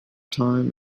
time